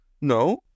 No